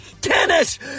Tennis